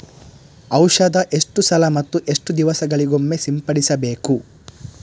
ಔಷಧ ಎಷ್ಟು ಸಲ ಮತ್ತು ಎಷ್ಟು ದಿವಸಗಳಿಗೊಮ್ಮೆ ಸಿಂಪಡಿಸಬೇಕು?